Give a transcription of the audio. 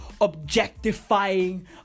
objectifying